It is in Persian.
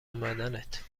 اومدنت